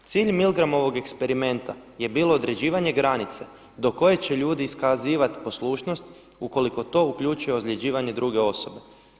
Cilj Milgramovog eksperimenta je bilo određivanje granice do koje će ljudi iskazivati poslušnost ukoliko to uključuje ozljeđivanje druge osobe.